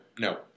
no